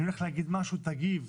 אני הולך להגיד משהו תגיב,